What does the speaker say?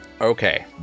Okay